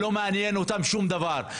לא מעניין אותם שום דבר.